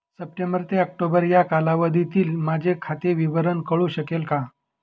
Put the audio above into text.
September ते October या कालावधीतील माझे खाते विवरण कळू शकेल का?